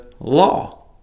law